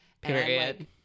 Period